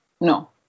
No